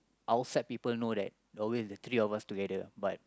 outside people know that always the three of us together but